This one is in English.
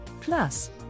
Plus